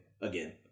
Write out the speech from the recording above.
Again